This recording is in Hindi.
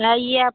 आइए आप